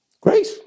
great